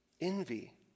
Envy